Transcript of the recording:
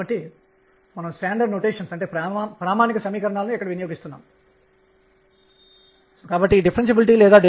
కాబట్టి మనం దీని కోసం మరికొంత సమయం వ్యచ్చిద్దాం